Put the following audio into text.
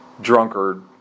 drunkard